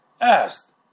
asked